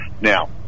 Now